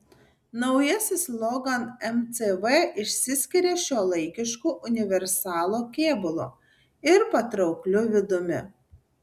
naujasis logan mcv išsiskiria šiuolaikišku universalo kėbulu ir patraukliu vidumi